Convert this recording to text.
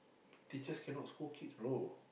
teachers cannot scold kids bro